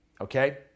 okay